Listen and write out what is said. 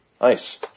Nice